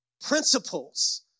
principles